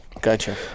gotcha